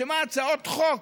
שמא הצעות חוק,